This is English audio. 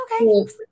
okay